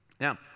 Now